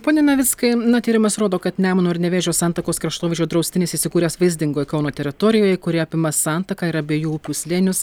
pone navickai na tyrimas rodo kad nemuno ir nevėžio santakos kraštovaizdžio draustinis įsikūręs vaizdingoj kauno teritorijoje kuri apima santaką ir abiejų upių slėnius